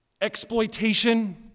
exploitation